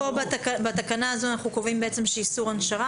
בתקנה הזאת אנחנו קובעים איסור הנשרה.